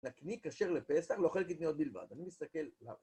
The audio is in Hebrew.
נקניק כשר לפסח לאוכלי קטניות בלבד, אני מסתכל...